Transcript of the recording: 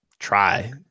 Try